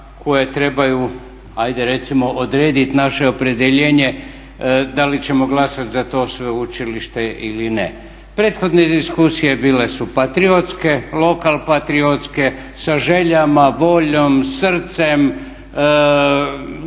koje trebaju ajde recimo odrediti naše opredjeljenje da li ćemo glasati za to sveučilište ili ne. Prethodne diskusije bile su patriotske, lokal patriotske sa željama, voljom, srcem,